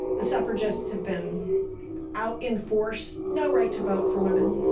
the suffragists have been out in force, no right to vote for women.